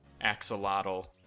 axolotl